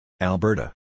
Alberta